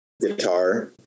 guitar